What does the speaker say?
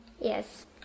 Yes